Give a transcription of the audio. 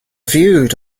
viewed